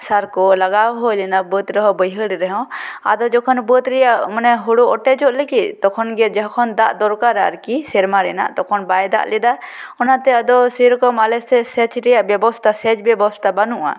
ᱥᱟᱨ ᱠᱚ ᱞᱟᱜᱟᱣ ᱦᱩᱭ ᱞᱮᱱᱟ ᱵᱟᱺᱫ ᱨᱮᱦᱚᱸ ᱵᱟᱹᱭᱦᱟᱹᱲ ᱨᱮᱦᱚᱸ ᱟᱫᱚ ᱡᱚᱠᱷᱚᱱ ᱵᱟᱹᱫ ᱨᱮᱭᱟᱜ ᱢᱟᱱᱮ ᱦᱳᱲᱳ ᱚᱴᱮᱡᱚᱜ ᱞᱟᱹᱜᱤᱫ ᱛᱚᱠᱷᱚᱱ ᱜᱮ ᱡᱚᱠᱷᱚᱱ ᱫᱟᱜ ᱫᱚᱨᱠᱟᱨᱟ ᱟᱨᱠᱤ ᱥᱮᱨᱢᱟ ᱨᱮᱱᱟᱜ ᱛᱚᱠᱷᱚᱱ ᱵᱟᱭ ᱫᱟᱜ ᱞᱮᱫᱟ ᱚᱱᱟᱛᱮ ᱟᱫᱚ ᱥᱮᱨᱚᱤᱠᱚᱢ ᱟᱞᱮ ᱥᱮᱫ ᱥᱮᱪ ᱨᱮᱭᱟᱜ ᱵᱮᱵᱚᱥᱛᱷᱟ ᱥᱮᱪ ᱵᱮᱵᱚᱥᱛᱷᱟ ᱵᱟᱹᱱᱩᱜᱼᱟ